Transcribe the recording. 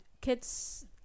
kids